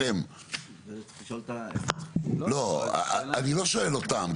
צריך לשאול את ה- -- אני לא שואל אותם,